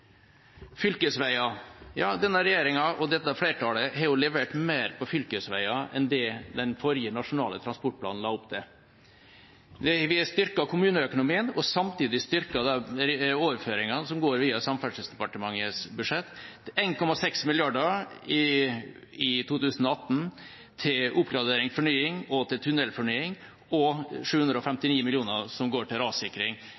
Ja, denne regjeringa og dette flertallet har levert mer til fylkesveier enn det den forrige nasjonale transportplanen la opp til. Vi har styrket kommuneøkonomien og samtidig styrket de overføringene som går via Samferdselsdepartementets budsjett: 1,6 mrd. kr i 2018 til oppgradering, fornying og tunellfornying og